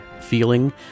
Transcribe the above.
feeling